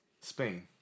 Spain